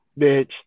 bitch